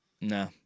No